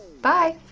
bye.